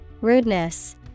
Rudeness